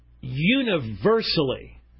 Universally